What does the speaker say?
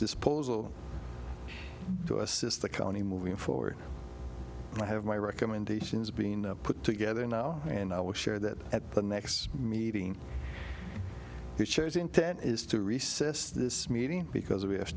disposal to assist the county moving forward and i have my recommendations being put together now and i will share that at the next meeting which is intent is to recess this meeting because we have